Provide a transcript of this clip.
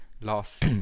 last